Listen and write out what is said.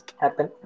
happen